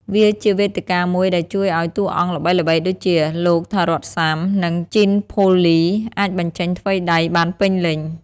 វាជាវេទិកាមួយដែលជួយឲ្យតួអង្គល្បីៗដូចជា លោក Tharoth Sam និង Jean-Paul Ly អាចបញ្ចេញថ្វីដៃបានពេញលេញ។